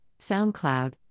SoundCloud